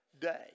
day